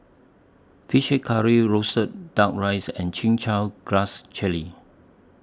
Fish Head Curry Roasted Duck Rice and Chin Chow Grass Jelly